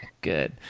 good